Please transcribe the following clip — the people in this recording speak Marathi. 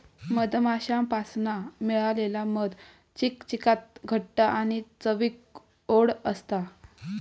मधमाश्यांपासना मिळालेला मध चिकचिकीत घट्ट आणि चवीक ओड असता